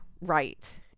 right